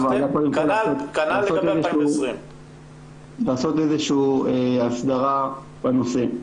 ------- כנ"ל לגבי 2020. לעשות איזו שהיא הסדרה בנושא: